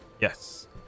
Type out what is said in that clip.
Yes